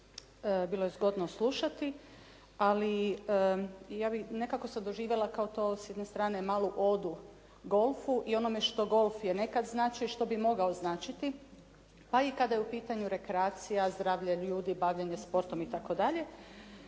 bilo je zgodno slušati. Ali nekako sam doživjela kao to s jedne strane malu odu golfu i onome što golf je nekad značio i što bi mogao značiti, pa i kada je u pitanju rekreacija, zdravlje ljudi, bavljenje sportom itd.